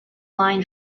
line